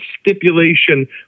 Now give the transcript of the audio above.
stipulation